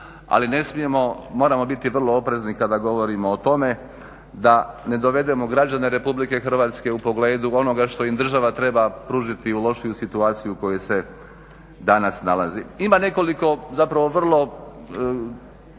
ali ne smijemo, moramo biti vrlo oprezni kada govorimo o tome da ne dovedemo građane RH u pogledu onoga što im država treba pružiti lošiju situaciju u kojoj se danas nalazi. Ima nekoliko zapravo vrlo